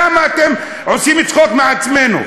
למה אתם עושים צחוק מעצמנו?